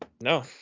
No